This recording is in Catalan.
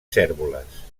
cérvoles